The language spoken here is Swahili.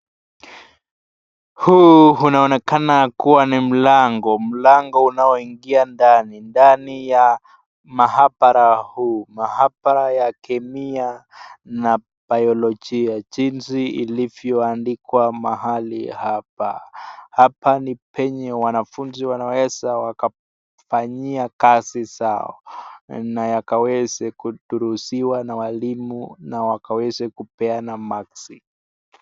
Hu hu unaonekana kuwa ni mlango. Mlango unaoingia ndani. Ndani ya mahabara huu. Mahabara ya kemia na biolojia jinsi ilivyoandikwa mahali hapa. Hapa ni penye wanafunzi wanaweza wakafanyia kazi zao na yakaweze kudurusiwa na walimu na wakaweze kupeana maksi.